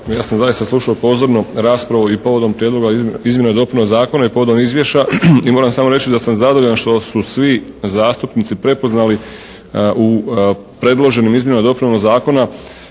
Ja sam zaista slušao pozorno raspravu i povodom Prijedloga izmjena i dopuna Zakona i povodom izvješća i moram samo reći da sam zadovoljan što su svi zastupnici prepoznali u predloženim Izmjenama i dopunama Zakona